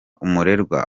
umurerwa